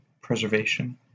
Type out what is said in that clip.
preservation